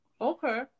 Okay